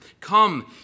Come